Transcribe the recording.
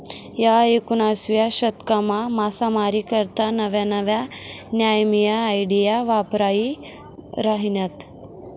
ह्या एकविसावा शतकमा मासामारी करता नव्या नव्या न्यामीन्या आयडिया वापरायी राहिन्यात